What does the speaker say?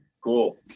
Cool